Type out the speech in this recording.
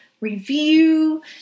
review